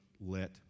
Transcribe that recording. let